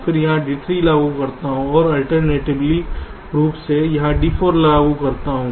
फिर यहां D3 लागू करें फिर अल्टरनेटली रूप से यहां D4 लागू करें